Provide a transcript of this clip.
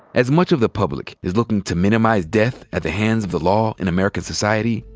as much of the public is looking to minimize death at the hands of the law in american society,